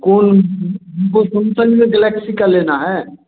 कोन हमको सैमसन्ग में गैलेक्सी का लेना है